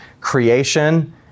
creation